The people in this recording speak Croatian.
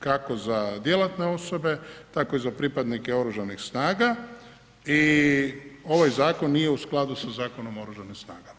Kako za djelatne osobe, tako i za pripadnike Oružanih snaga i ovaj Zakon nije u skladu sa Zakonom o Oružanim snagama.